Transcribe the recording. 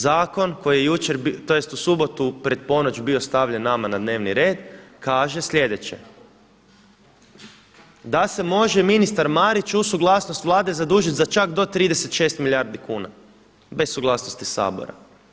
Zakon koji je u subotu pred ponoć bio stavljen nama na dnevni red kaže sljedeće, da se može ministar Marić uz suglasnost Vlade zadužiti za čak do 36 milijardi kuna bez suglasnosti Sabora.